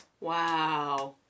Wow